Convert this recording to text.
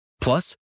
Plus